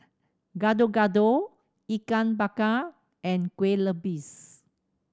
Gado Gado Ikan Bakar and Kueh Lupis